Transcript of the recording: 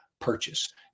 purchase